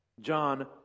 John